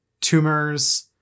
tumors